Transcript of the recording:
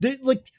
Like-